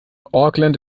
auckland